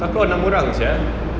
takraw enam orang sia